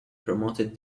promoted